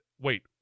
wait